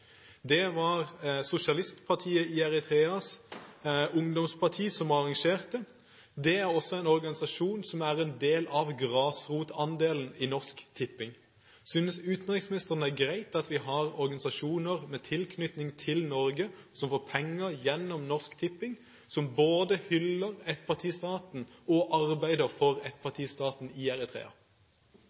var det sosialistpartiet Eritreas ungdomsparti som arrangerte. Det er en organisasjon som også er en del av grasrotandelen i Norsk Tipping. Synes utenriksministeren det er greit at vi har organisasjoner med tilknytning til Norge som får penger gjennom Norsk Tipping og som både hyller ettpartistaten og arbeider for ettpartistaten i Eritrea?